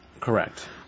Correct